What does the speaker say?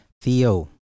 Theo